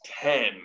ten